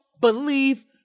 Believe